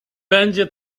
będzie